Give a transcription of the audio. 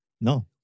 No